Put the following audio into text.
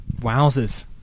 Wowzers